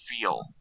feel